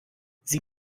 sie